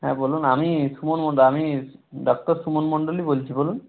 হ্যাঁ বলুন আমি সুমন মণ্ডল আমি ডক্টর সুমন মণ্ডলই বলছি বলুন